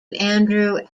andrew